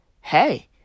hey